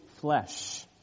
flesh